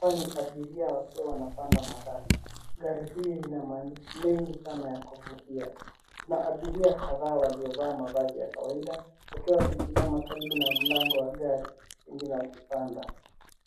Hawa ni abiria wakiwa wanapanda matatu. Gari hili lina maandishi mengi sana ya kuvutia. Kuna abiria kadhaa waliovaa mavazi ya kawaida wakiwa wamesimama karibu na mlango wa gari wengine wakipanda.